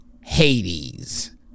Hades